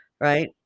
Right